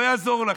לא יעזור לכם.